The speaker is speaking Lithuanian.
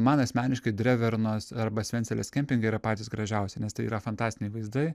man asmeniškai drevernos arba svencelės kempingai yra patys gražiausi nes tai yra fantastiniai vaizdai